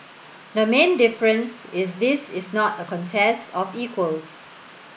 the main difference is this is not a contest of equals